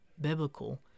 biblical